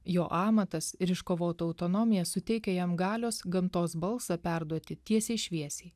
jo amatas ir iškovota autonomija suteikia jam galios gamtos balsą perduoti tiesiai šviesiai